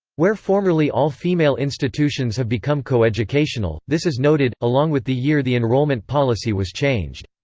where formerly all-female institutions have become coeducational, this is noted, along with the year the enrollment policy was changed.